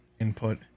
input